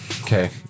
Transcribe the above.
Okay